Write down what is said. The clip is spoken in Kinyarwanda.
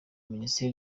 ministre